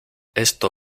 esto